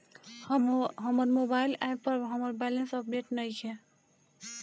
हमर mobile app पर हमर बैलेंस अपडेट नइखे